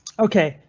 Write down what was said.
ok,